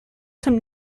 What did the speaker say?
some